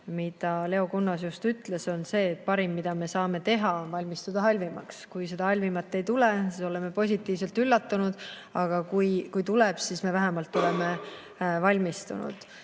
mida Leo Kunnas just ütles, et parim, mida me saame teha, on valmistuda halvimaks. Kui seda halvimat ei tule, siis oleme positiivselt üllatunud. Aga kui tuleb, siis me vähemalt oleme valmistunud.